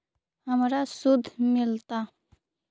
हमरा शुद्ध मिलता?